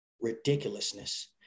ridiculousness